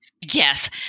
Yes